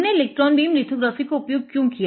हमने electron beam lithography का उपयोग क्यों किया